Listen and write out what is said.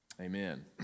Amen